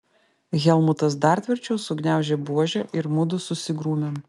helmutas dar tvirčiau sugniaužė buožę ir mudu susigrūmėm